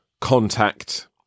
contact